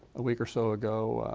a week or so ago,